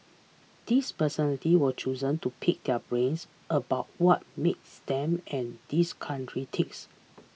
these personality were chosen to pick their brains about what makes them and this country ticks